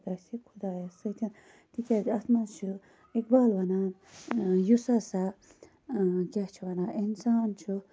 خۄدایَس سۭتۍ تکیاز اتھ مَنٛز چھُ اِقبال وَنان یُس ہَسا کیاہ چھِ وَنان اِنسان چھُ